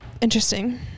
Interesting